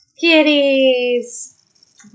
Kitties